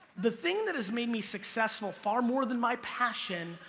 the thing that has made me successful far more than my passion,